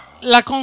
la